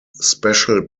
special